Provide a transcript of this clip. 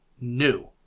new